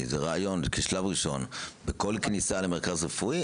לראשונה במרוקו,